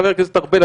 חבר הכנסת ארבל,